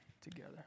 together